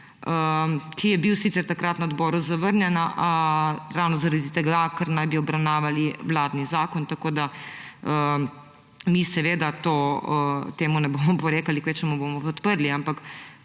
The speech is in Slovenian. ki je bil sicer takrat na odboru zavrnjen ravno zaradi tega, ker naj bi obravnavali vladni zakon. Mi seveda temu ne bomo oporekali, kvečjemu bomo podprli. Ampak